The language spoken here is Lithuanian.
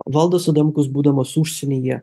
valdas adamkus būdamas užsienyje